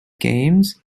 games